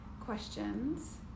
questions